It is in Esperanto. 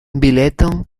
bileton